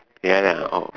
ya ya orh